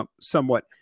somewhat